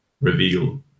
reveal